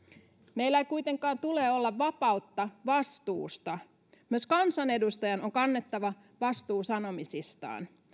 meillä ei kuitenkaan tule olla vapautta vastuusta myös kansanedustajan on kannettava vastuu sanomisistaan